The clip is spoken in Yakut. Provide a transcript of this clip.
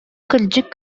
кырдьык